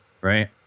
Right